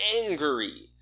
angry